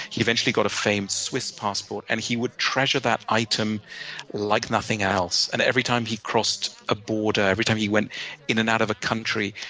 he eventually got a famed swiss passport, and he would treasure that item like nothing else. and every time he crossed a border, every time he went in and out of a country,